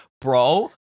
bro